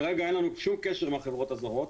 כרגע אין לנו שום קשר עם החברות הזרות,